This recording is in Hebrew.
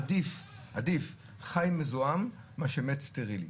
עדיף 'חי מזוהם מאשר מת סטרילי',